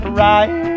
right